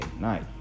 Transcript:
night